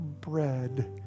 bread